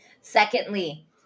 Secondly